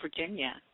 Virginia